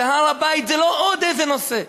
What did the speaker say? והר-הבית זה לא עוד איזה נושא,